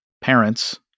parents